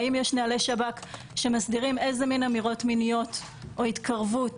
האם יש נהלי שב"כ שמסדירים איזה מין אמירות מיניות או התקרבות,